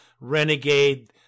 renegade